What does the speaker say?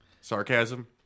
Sarcasm